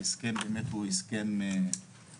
ההסכם הוא באמת הסכם היסטורי.